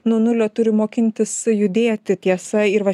nuo nulio turi mokintis judėti tiesa ir va